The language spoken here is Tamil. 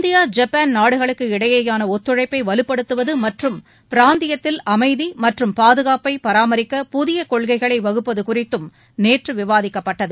இந்தியா ஜப்பான் நாடுகளுக்கு இடையேயான ஒத்துழைப்பை வலுப்படுத்துவது மற்றும் பிராந்தியத்தில் அமைதி மற்றும் பாதுகாப்பை பராமரிக்க புதிய கொள்கைகளை வகுப்பது குறித்தும் நேற்று விவாதிக்கப்பட்டது